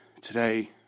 today